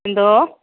എന്തോ